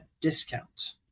discount